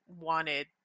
wanted